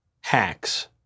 hacks